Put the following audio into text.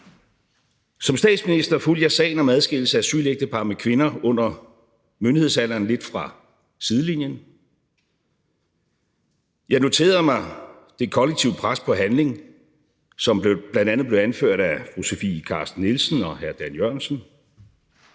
Som statsminister fulgte jeg sagen om adskillelse af asylægtepar med kvinder under myndighedsalderen lidt fra sidelinjen. Jeg noterede mig det kollektive pres for handling, som bl.a. blev anført af fru Sofie Carsten Nielsen og hr. Dan Jørgensen.